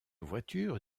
voiture